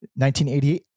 1988